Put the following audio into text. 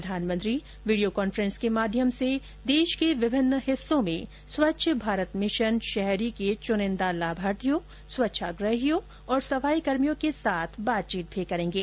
प्रधानमंत्री video conference के माध्यम से देश के विभिन्न हिस्सों में स्वच्छ भारत मिशन शहरी के च्रनिंदा लाभार्थियों स्वच्छाग्रहियों और सफाइ कर्मियों के साथ बातचीत करेंगे